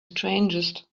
strangest